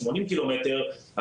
80 קילומטר,